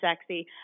sexy